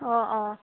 অঁ অঁ